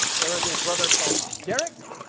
there is a brother called derrick,